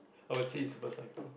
how was it was like a